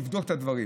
לבדוק את הדברים.